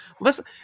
listen